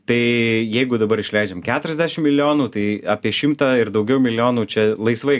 tai jeigu dabar išleidžiam keturiasdešim milijonų tai apie šimtą ir daugiau milijonų čia laisvai